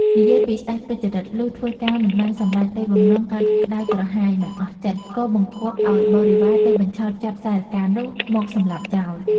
និយាយពីស្ដេចទុច្ចរិត លុះធ្វើការមិនបានសម្រេចដូចបំណង កើតក្ដៅក្រហាយ មិនអស់ចិត្ត ក៏បង្គាប់ឲ្យបរិវាទៅបញ្ឆោតចាប់សារិកានោះមកសម្លាប់ចោល ។